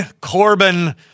Corbin